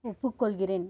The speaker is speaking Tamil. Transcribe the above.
ஒப்புக்கொள்கிறேன்